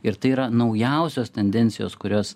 ir tai yra naujausios tendencijos kurios